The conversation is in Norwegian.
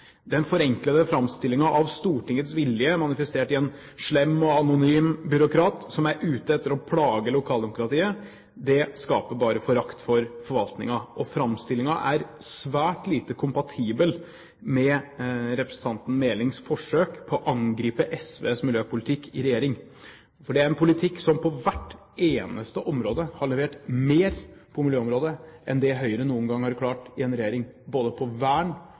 Den forenklede framstillingen av Stortingets vilje, manifestert i en slem og anonym byråkrat som er ute etter å plage lokaldemokratiet, skaper bare forakt for forvaltningen. Framstillingen er svært lite kompatibel med representanten Melings forsøk på å angripe SVs miljøpolitikk i regjering, for det er en politikk som på hvert eneste område har levert mer på miljøområdet enn det Høyre noen gang har klart i en regjering, både når det gjelder vern,